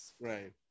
right